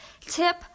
tip